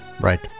Right